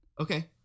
Okay